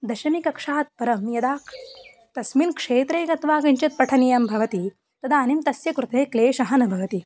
दशमकक्षात् परं यदा तस्मिन् क्षेत्रे गत्वा किञ्चित् पठनीयं भवति तदानीं तस्य कृते क्लेशः न भवति